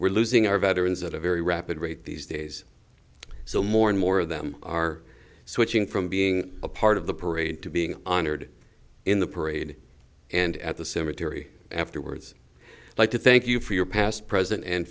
we're losing our veterans at a very rapid rate these days so more and more of them are switching from being a part of the parade to being honored in the parade and at the cemetery afterwards like to thank you for your past present and